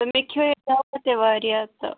تہٕ مےٚ کھیوٚو یہِ دَوا تہِ واریاہ تہٕ